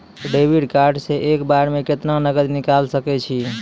Debit card से एक बार मे केतना नगद निकाल सके छी?